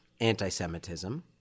anti-Semitism